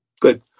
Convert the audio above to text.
good